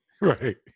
Right